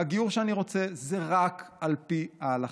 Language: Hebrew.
והגיור שאני רוצה זה רק על פי ההלכה.